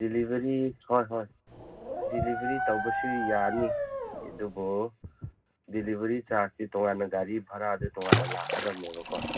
delivery ꯍꯣꯏ ꯍꯣꯏ delivery ꯇꯧꯕꯁꯨ ꯌꯥꯅꯤ ꯑꯗꯨꯕꯨ ꯗꯤꯂꯤꯕꯔꯤ ꯆꯥꯔꯖꯇꯤ ꯇꯣꯉꯥꯟꯅ ꯒꯥꯔꯤ ꯚꯥꯔꯥꯗꯨ ꯇꯣꯉꯥꯟꯅ ꯂꯥꯛꯀꯗꯕꯅꯦꯕꯀꯣ